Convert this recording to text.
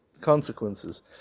consequences